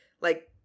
like-